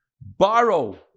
Borrow